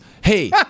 Hey